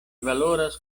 valoras